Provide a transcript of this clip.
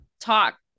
talk